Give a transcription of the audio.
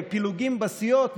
פילוגים בסיעות,